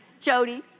Jody